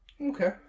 Okay